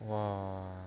!wah!